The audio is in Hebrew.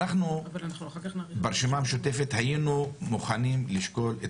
אנחנו ברשימה המשותפת היינו מוכנים לשקול את